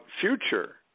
future